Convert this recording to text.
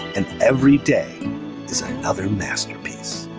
and every day is another masterpiece.